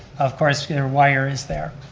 of course, their wire is there.